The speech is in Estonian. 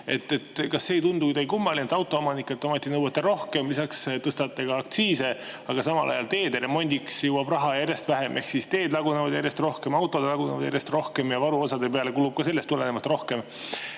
Kas see ei tundu kummaline, et autoomanikelt te nõuate rohkem, lisaks tõstate aktsiise, aga samal ajal teede remonti jõuab raha aina vähem? Teed lagunevad järjest rohkem, autod lagunevad järjest rohkem ja varuosade peale kulub ka sellest tulenevalt rohkem.